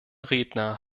redner